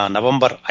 November